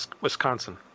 Wisconsin